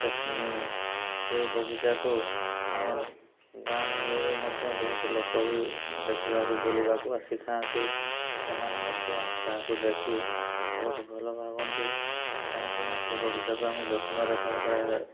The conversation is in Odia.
ସେ ବଗିଚାକୁ ଆମର ଗାଁ ଗହଳିରୁ ମଧ୍ୟ ବହୁତ ଲୋକ ବି ଦେଖିବାକୁ ବୁଲିବାକୁ ଆସିଥାନ୍ତି ସେମାନେ ମଧ୍ୟ ତାହାକୁ ଦେଖି ବହୁତ ଭଲ ଭାବନ୍ତି କାହିଁକିନା ସେ ବଗିଚାକୁ ଆମେ ଯତ୍ନରେ ସହକାରେ